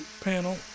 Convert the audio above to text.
panel